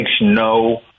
no